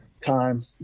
time